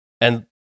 And-